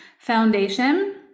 foundation